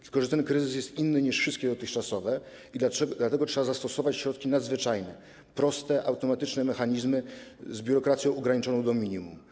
Tylko że ten kryzys jest inny niż wszystkie dotychczasowe i dlatego trzeba zastosować środki nadzwyczajne, proste, automatyczne mechanizmy z biurokracją ograniczoną do minimum.